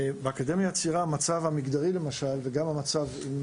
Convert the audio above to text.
באקדמיה הצעירה המצב המגדרי וגם המצב עם